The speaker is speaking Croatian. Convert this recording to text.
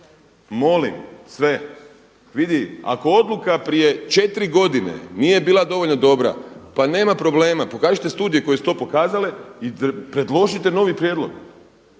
molim sve. Vidi, ako odluka prije 4 godine nije bila dovoljno dobra, pa nema problema, pokažite studije koje su to pokazale i predložite novi prijedlog.